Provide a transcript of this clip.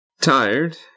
Tired